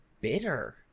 bitter